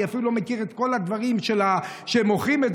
אני אפילו לא מכיר את כל הדברים שהם מוכרים,